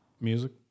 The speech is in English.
Music